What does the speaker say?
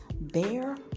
Bear